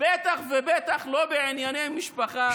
בטח ובטח לא בענייני משפחה.